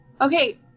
okay